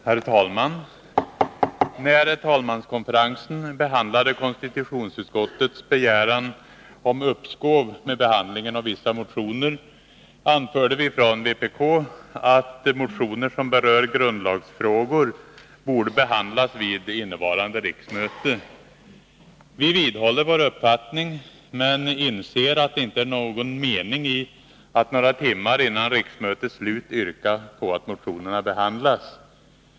Herr talman! När talmanskonferensen behandlade konstitutionsutskottets begäran om uppskov med behandlingen av vissa motioner, anförde vi från vpk att motioner som berör grundlagsfrågor borde behandlas vid innevarande riksmöte. Vi vidhåller vår uppfattning men inser att det inte är någon mening i att några timmar före riksmötets slut yrka på att motionerna behandlas.